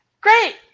Great